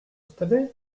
wtedy